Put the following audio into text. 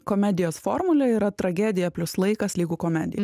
komedijos formulė yra tragedija plius laikas lygu komedija